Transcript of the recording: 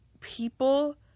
people